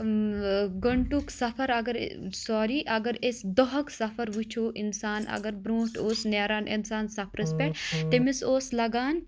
گَنٹُک سَفَر اگر سورُے اَگر أسۍ دۄہُک سَفَر وٕچھو اِنسان اَگر برونٛٹھ اوس نیران اِنسان سَفرَس پؠٹھ تٔمس اوس لَگان